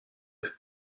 eux